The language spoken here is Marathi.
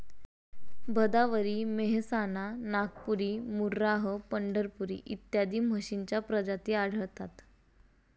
भदावरी, मेहसाणा, नागपुरी, मुर्राह, पंढरपुरी इत्यादी म्हशींच्या प्रजाती आढळतात